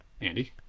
Andy